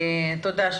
תודה.